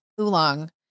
oolong